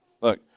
Look